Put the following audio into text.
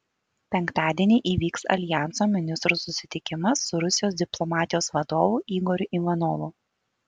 penktadienį įvyks aljanso ministrų susitikimas su rusijos diplomatijos vadovu igoriu ivanovu